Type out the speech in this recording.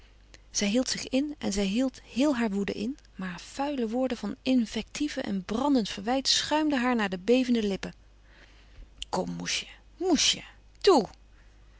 zij hield zich in en zij hield heel haar woede in maar vuile woorden van invective en brandend verwijt schuimden haar naar de bevende lippen kom moesje moesje toè